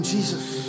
Jesus